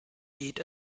geht